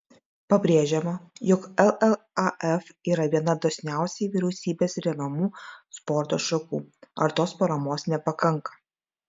pabrėžiama jog llaf yra viena dosniausiai vyriausybės remiamų sporto šakų ar tos paramos nepakanka